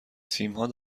تیمهای